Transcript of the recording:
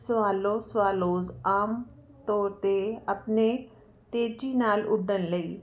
ਸਵਾਲੋ swallows ਆਮ ਤੌਰ 'ਤੇ ਆਪਣੇ ਤੇਜ਼ੀ ਨਾਲ ਉੱਡਣ ਲਈ